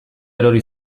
erori